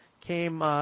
came